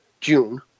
June